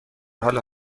حال